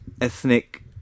ethnic